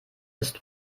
ist